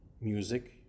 music